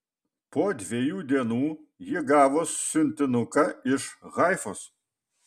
po dviejų dienų ji gavo siuntinuką iš haifos